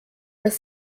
das